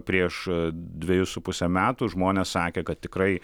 prieš dvejus su puse metų žmonės sakė kad tikrai